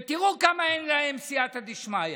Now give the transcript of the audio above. ותראו כמה אין להם סייעתא דשמיא: